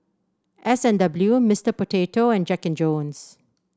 S and W Mister Potato and Jack And Jones